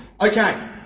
Okay